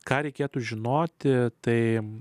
ką reikėtų žinoti tai